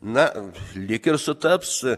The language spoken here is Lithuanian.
na lyg ir sutaps